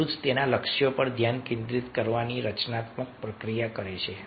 જૂથ તેના લક્ષ્યો પર ધ્યાન કેન્દ્રિત કરવાની રચનાત્મક પ્રક્રિયા શરૂ કરે છે